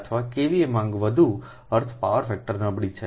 અથવા KVA માંગ વધુ અર્થ પાવર ફેક્ટર નબળી છે